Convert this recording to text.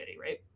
Right